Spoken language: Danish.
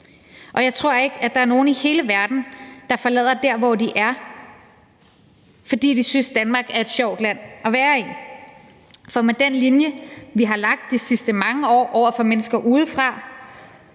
Og jeg tror ikke, at der er nogen i hele verden, der forlader det sted, hvor de er, fordi de synes, at Danmark er et sjovt land at være i. For med den linje, vi har lagt de sidste mange år over for mennesker udefra,